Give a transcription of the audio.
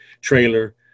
trailer